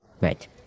right